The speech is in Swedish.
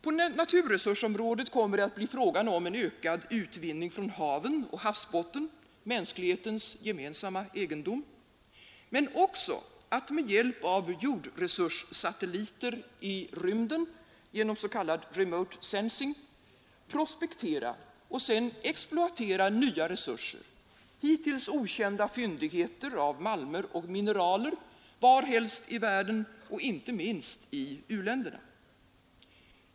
På naturresursområdet kommer det att bli fråga om en ökande utvinning från haven och havsbotten, mänsklighetens gemensamma egendom, men också att med hjälp av jordresurssatelliter i rymden, genom s.k. remote sensing, prospektera och sedan exploatera nya resurser, hittills okända fyndigheter av malmer och mineraler, varsomhelst i världen och inte minst i u-länderna.